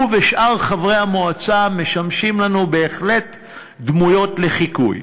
הוא ושאר חברי המועצה משמשים לנו בהחלט דמויות לחיקוי.